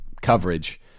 coverage